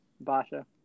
Basha